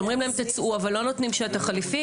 אומרים להם לצאת אבל לא נותנים שטח חליפי.